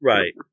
Right